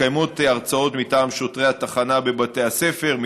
מתקיימות הרצאות מטעם שוטרי התחנה בבתי הספר,